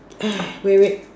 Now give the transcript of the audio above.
wait wait